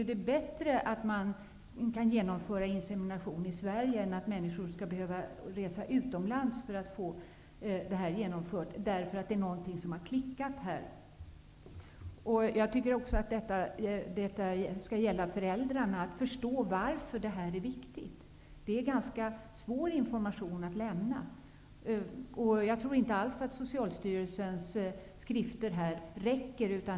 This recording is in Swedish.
Det är bättre att man kan genomföra insemination i Sverige än att människor skall behöva resa utomlands för att få detta genomfört, eftersom någonting inte har fungerat. Föräldrarna skall förstå varför detta är viktigt. Det är en ganska svår information att lämna. Jag tror inte alls att Socialstyrelsens skrifter räcker.